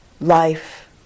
Life